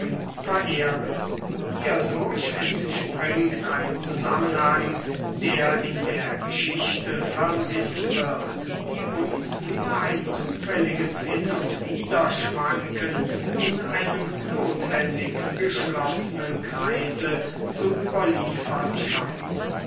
verehren hierdurch entspringt ein zusammenhang der in der geschichte vermißt wird die uns nur ein zufälliges hin und widerschwanken in einem notwendig geschlossenen kreise zu überliefern scheint